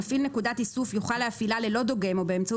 מפעיל נקודת איסוף יוכל להפעילה ללא דוגם או באמצעות